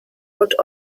und